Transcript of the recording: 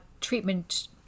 treatment